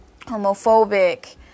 homophobic